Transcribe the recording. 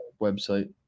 website